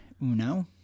uno